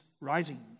rising